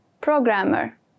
Programmer